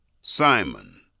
Simon